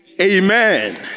Amen